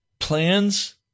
Plans